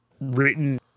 written